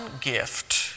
gift